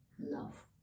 Love